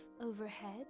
overhead